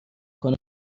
کنم